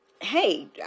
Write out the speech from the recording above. hey